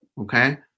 okay